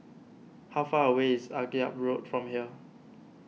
how far away is Akyab Road from here